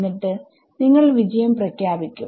എന്നിട്ട് നിങ്ങൾ വിജയം പ്രഖ്യാപിക്കും